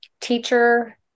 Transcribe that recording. teacher